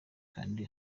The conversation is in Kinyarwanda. kandi